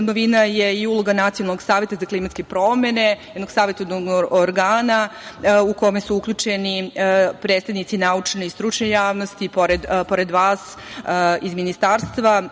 novina je i uloga Nacionalnog saveta za klimatske promene, jednog savetodavnog organa u kome su uključeni predstavnici naučne i stručne javnosti pored vas iz Ministarstva,